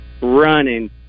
running